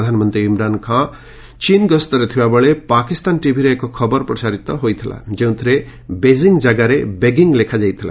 ପ୍ରଧାନମନ୍ତ୍ରୀ ଇମ୍ରାନ୍ ଖାଁ ଚୀନ୍ ଗସ୍ତରେ ଥିବାବେଳେ ପାକିସ୍ତାନ ଟିଭିରେ ଏକ ଖବର ପ୍ରସାରିତ ହୋଇଥିଲା ଯେଉଁଥିରେ ବେଙ୍ଗିଂ କାଗାରେ ବେଗିଙ୍ଗ୍ ଲେଖାଯାଇଥିଲା